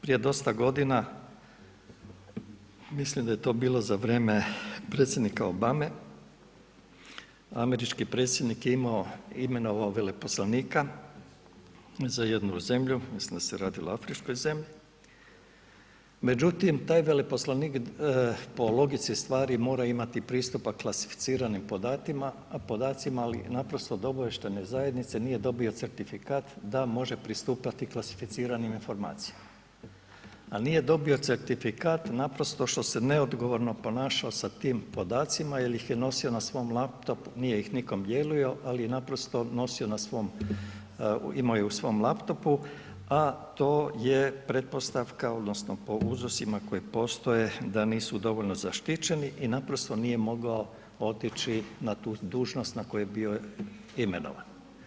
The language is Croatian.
Prije dosta godina, mislim da je to bilo za vrijeme predsjednika Obame, američki predsjednik je imenovao veleposlanika za jednu zemlju, mislim da se radilo o afričkoj zemlji, međutim taj veleposlanik po logici stvari mora imati pristupa klasificiranim podacima ali naprosto od obavještajne zajednice nije dobio certifikat da može pristupati klasificiranim informacijama ali nije dobio certifikat naprosto što se neodgovorno ponašao sa tim podacima jer ih je nosio na svom laptopu, nije ih nikom dijelio, ali je naprosto na svom, imao je u svom laptopu a to je pretpostavka odnosno po uzrocima koji postoje da nisu dovoljno zaštićeni i naprosto nije mogao otići na tu dužnost na koju je bio imenovan.